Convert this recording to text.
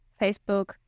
Facebook